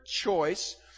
choice